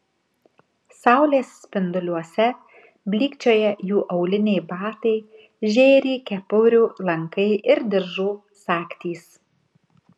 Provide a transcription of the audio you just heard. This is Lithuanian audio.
saulės spinduliuose blykčioja jų auliniai batai žėri kepurių lankai ir diržų sagtys